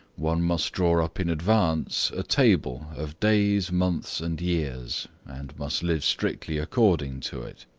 one must draw up in advance, a table of days, months and years, and must live strictly according to it.